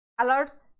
alerts